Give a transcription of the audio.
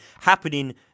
happening